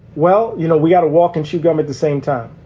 well, you know, we got to walk and chew gum at the same time.